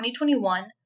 2021